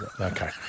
Okay